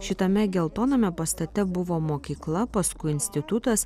šitame geltoname pastate buvo mokykla paskui institutas